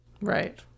Right